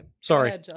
Sorry